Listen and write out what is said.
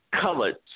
colored